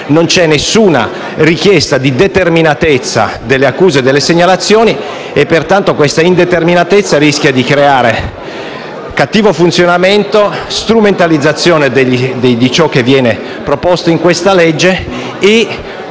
non c'è alcuna richiesta di determinatezza delle accuse e delle segnalazioni. L'indeterminatezza rischia pertanto di creare cattivo funzionamento e strumentalizzazione di ciò che viene proposto in questo testo